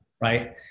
Right